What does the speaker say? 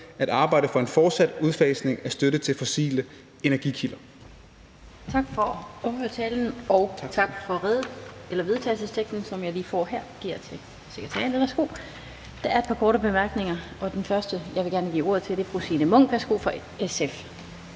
at arbejde for en fortsat udfasning af støtte til fossile energikilder.«